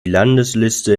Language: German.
landesliste